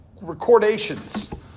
recordations